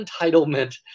entitlement